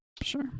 sure